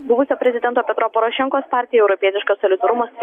buvusio prezidento petro porošenkos partija europietiškas solidarumas